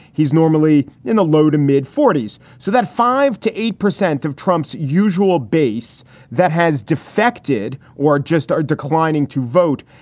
he's normally in the low to mid forty s so that five to eight percent of trump's usual base that has defected or just are declining to vote.